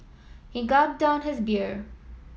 he gulped down his beer